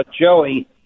Joey